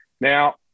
Now